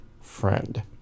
friend